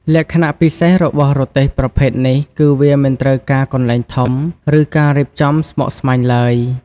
លក្ខណៈពិសេសរបស់រទេះប្រភេទនេះគឺវាមិនត្រូវការកន្លែងធំ ឬការរៀបចំស្មុគស្មាញឡើយ។